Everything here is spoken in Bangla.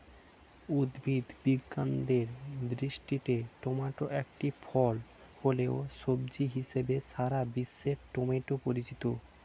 উদ্ভিদ বিজ্ঞানের দৃষ্টিতে টমেটো একটি ফল হলেও, সবজি হিসেবেই সারা বিশ্বে টমেটো পরিচিত